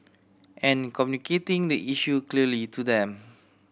and communicating the issue clearly to them